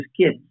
kids